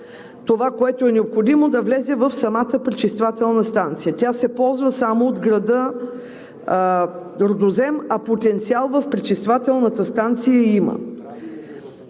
това, което е необходимо, за да влезе в самата пречиствателна станция. Тя се ползва само от града Рудозем, а потенциал в пречиствателната станция има.